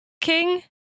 king